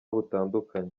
butandukanye